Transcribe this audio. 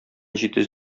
җитез